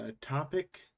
topic